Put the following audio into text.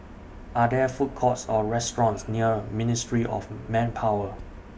Are There Food Courts Or restaurants near Ministry of Manpower